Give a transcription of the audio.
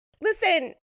listen